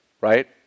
right